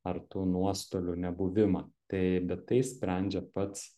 ar tų nuostolių nebuvimą tai bet tai sprendžia pats